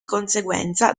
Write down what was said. conseguenza